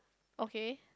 okay